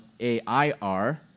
A-I-R